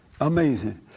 amazing